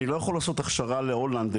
אני לא יכול לעשות הכשרה להולנד,